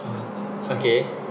(uh huh) okay